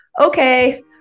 Okay